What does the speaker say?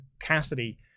Cassidy